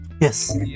Yes